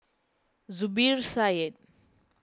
Zubir Said